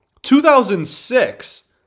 2006